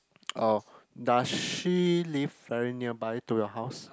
oh does she live very nearby to your house